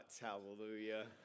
Hallelujah